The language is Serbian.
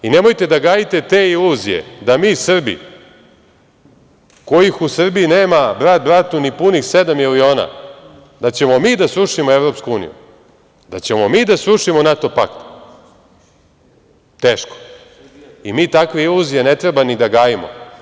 Nemojte da gajite te iluzije da mi Srbi, kojih u Srbiji nema brat bratu ni punih sedam miliona, da ćemo mi da srušimo Evropsku uniju, da ćemo mi da srušimo NATO pakt, teško, i mi takve iluzije ne treba ni da gajimo.